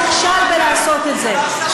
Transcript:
שנכשל בלעשות את זה.